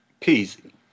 peasy